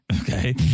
Okay